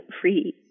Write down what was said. free